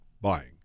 buying